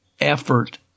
effort